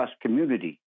community